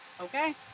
Okay